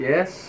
Yes